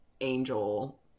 angel